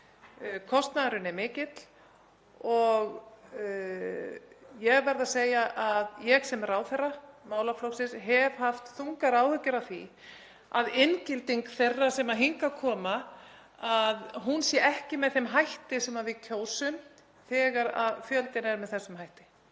Kostnaðurinn er mikill og ég verð að segja að ég sem ráðherra málaflokksins hef haft þungar áhyggjur af því að inngilding þeirra sem hingað koma sé ekki með þeim hætti sem við kjósum þegar fjöldinn er með þessum hætti.